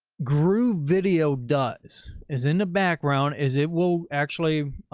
groovevideo does is in the background is it will actually,